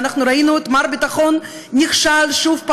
ואנחנו ראינו את מר ביטחון נכשל שוב,